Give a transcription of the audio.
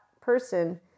person